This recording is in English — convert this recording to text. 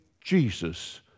Jesus